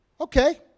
okay